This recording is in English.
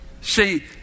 See